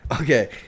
Okay